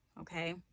Okay